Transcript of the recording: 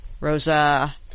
Rosa